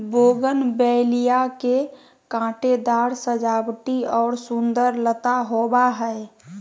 bougainvillea के कांटेदार सजावटी और सुंदर लता होबा हइ